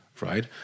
right